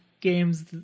games